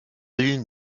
ligne